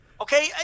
Okay